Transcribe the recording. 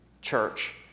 church